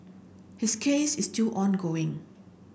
his case is still ongoing